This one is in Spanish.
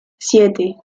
siete